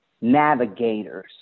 navigators